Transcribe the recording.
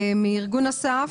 ארגון אס"ף,